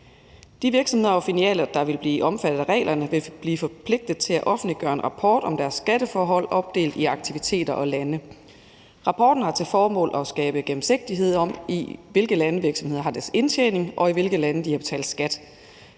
De virksomheder og filialer, der vil blive omfattet af reglerne, vil blive forpligtet til at offentliggøre en rapport om deres skatteforhold opdelt i aktiviteter og lande. Rapporten har til formål at skabe gennemsigtighed om, i hvilke lande virksomhederne har deres indtjening, og i hvilke lande de har betalt skat.